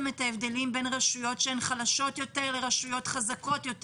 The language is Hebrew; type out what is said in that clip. מבדילים בין רשויות חלשות יותר לבין רשויות חזקות יותר?